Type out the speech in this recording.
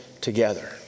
together